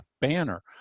banner